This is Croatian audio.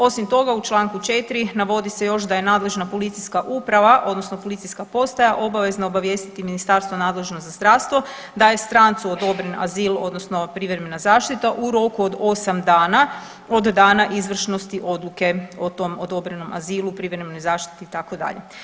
Osim toga u čl. 4. navodi se još da je nadležna policijska uprava odnosno policijska postaja obavezna obavijestiti ministarstvo nadležno za zdravstvo da je strancu odobren azil odnosno privremena zaštita u roku od 8 dana od dana izvršnosti odluke o tom odobrenom azilu, privremenoj zaštiti itd.